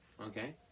Okay